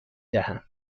دهم